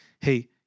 Hey